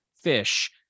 fish